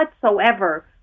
whatsoever